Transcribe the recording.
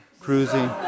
cruising